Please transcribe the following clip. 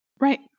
Right